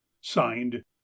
signed